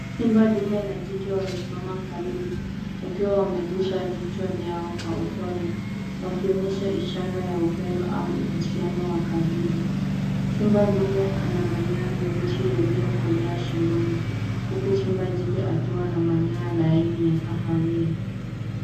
Simba dume na jike wamesimama karibu wakiwa wamegusa vichwa vyao kwa upole wakionyesha ishara ya upendo au uhusiano wa karibu. Simba dume ana manyoya meusi yaliyo kolea shingoni huku simba jike akiwa na manyoya laini ya kahawia.